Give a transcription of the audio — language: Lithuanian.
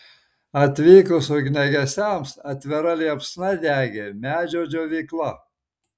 atvykus ugniagesiams atvira liepsna degė medžio džiovykla